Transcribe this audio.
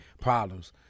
problems